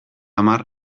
hamar